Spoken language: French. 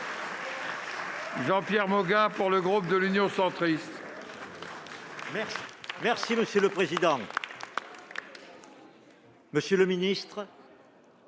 Jean-Pierre Moga, pour le groupe Union Centriste.